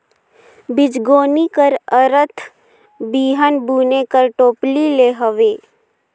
बीजगोनी कर अरथ बीहन बुने कर टोपली ले हवे